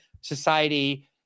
society